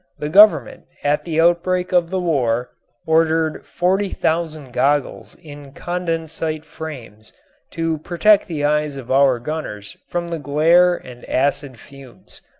the government at the outbreak of the war ordered forty thousand goggles in condensite frames to protect the eyes of our gunners from the glare and acid fumes.